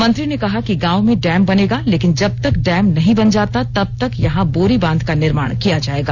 मंत्री ने कहा कि गांव में डैम बनेगा लेकिन जब तक डैम नहीं बन जाता तब तक यहां बोरीबांध का निर्माण किया जाएगा